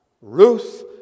Ruth